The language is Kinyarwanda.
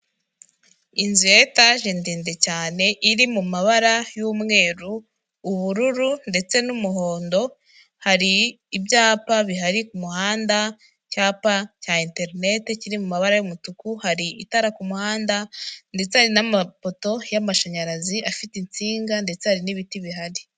Inzu ya etaje ndende cyane iri mu mabara y'umweru, ubururu ndetse n'umuhondo, hari ibyapa bihari ku muhanda, icyapa cya interineti kiri mu mabara y'umutuku, hari itara ku muhanda ndetse n'amapoto y'amashanyarazi afite insinga ndetse hari n'ibiti bihari.